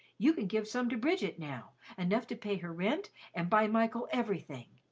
you can give some to bridget now enough to pay her rent and buy michael everything.